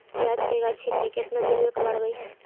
प्याज के गाछि के केतना दिन में कबाड़बै?